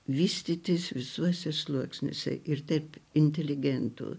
vystytis visuose sluoksniuose ir taip inteligentų